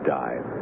die